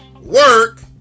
Work